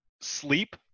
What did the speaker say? sleep